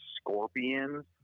scorpions